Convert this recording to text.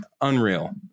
Unreal